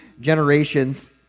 generations